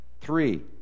Three